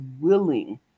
willing